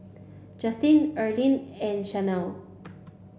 Justin Erline and Shanell